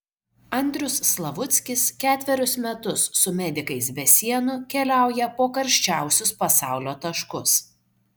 andrius slavuckis ketverius metus su medikais be sienų keliauja po karščiausius pasaulio taškus